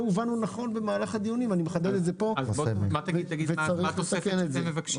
-- מה התוספת שאתם מבקשים?